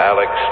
Alex